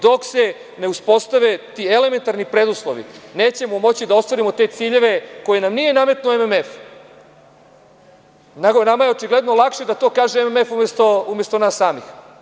Dok se ne uspostave ti elementarni preduslovi, nećemo moći da ostvarimo te ciljeve, koje nam nije nametnuo MMF, nego, nama je očigledno lakše da to kaže MMF umesto nas samih.